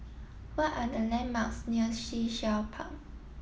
what are the landmarks near Sea Shell Park